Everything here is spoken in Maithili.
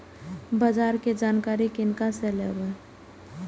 बाजार कै जानकारी किनका से लेवे?